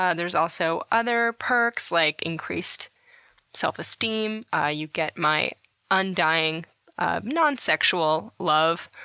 ah there's also other perks like increased self-esteem, ah you get my undying non-sexual love.